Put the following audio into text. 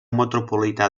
metropolità